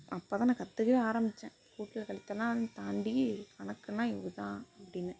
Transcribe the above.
அப்போதான் நான் கற்றுக்கவே ஆரம்மிச்சேன் கூட்டல் கழித்தல்லாம் தாண்டி கணக்குன்னால் இதுதான் அப்படின்னு